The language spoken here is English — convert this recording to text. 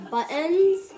Buttons